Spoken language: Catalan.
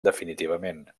definitivament